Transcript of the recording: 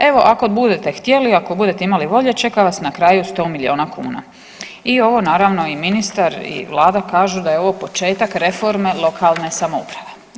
Evo, ako budete htjeli, ako budete imali volje, čeka vas na kraju 100 milijuna kuna i ovo naravno i ministar i Vlada kažu da je ovo početak reforme lokalne samouprave.